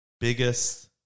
Biggest